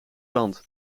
land